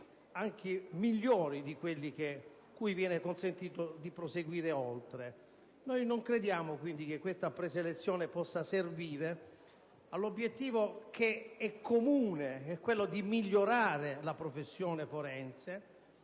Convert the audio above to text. anche migliori di quelli cui viene consentito di proseguire oltre. Non crediamo quindi che questa preselezione possa servire all'obiettivo che è comune: quello di migliorare la professione forense,